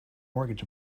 mortgage